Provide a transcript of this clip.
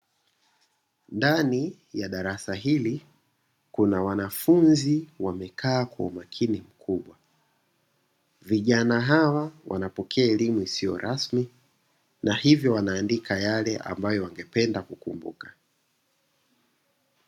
Ndani ya darasa hili kuna wanafunzi wamekaa kwa umakini mkubwa, vijana hawa wanapokea elimu isiyo rasmi na hivyo wanaandika yale ambayo wangependa kukumbuka.